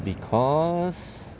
because